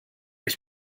ich